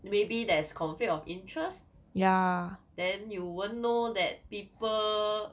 maybe there is conflict of interest then you won't know that people